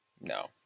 No